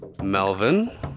Melvin